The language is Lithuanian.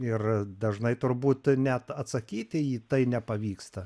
ir dažnai turbūt net atsakyti į tai nepavyksta